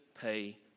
pay